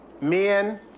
men